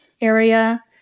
area